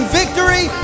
victory